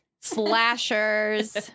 slashers